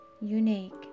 unique